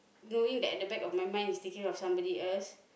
knowing that at the back of my mind is thinking of somebody else